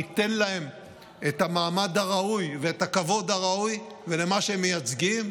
ניתן את המעמד הראוי ואת הכבוד הראוי להם ולמה שהם מייצגים.